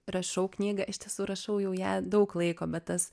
rašau knygą iš tiesų rašau jau ją daug laiko bet tas